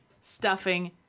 stuffing